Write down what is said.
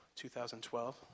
2012